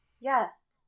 Yes